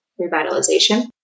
revitalization